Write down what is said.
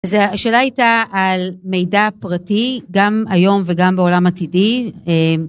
אז השאלה הייתה על מידע פרטי, גם היום וגם בעולם עתידי.